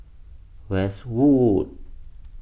Westwood